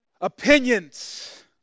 opinions